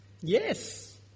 Yes